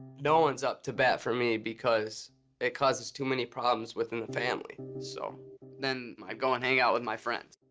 no one's up to bat for me, because it causes too many problems within the family. so then i go and hang out with my friends.